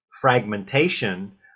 fragmentation